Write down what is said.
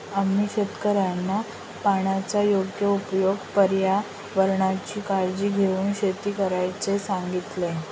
आम्हा शेतकऱ्यांना पाण्याचा योग्य उपयोग, पर्यावरणाची काळजी घेऊन शेती करण्याचे सांगितले